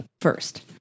first